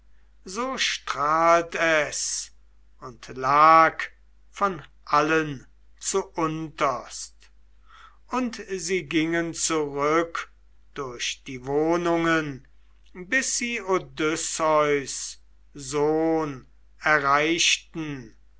so strahlt es und lag von allen zuunterst und sie gingen zurück durch die wohnungen bis sie odysseus sohn erreichten